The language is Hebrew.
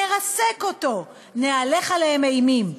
נרסק אותו, נהלך עליהם אימים.